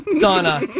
Donna